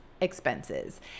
expenses